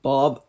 Bob